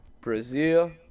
Brazil